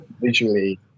visually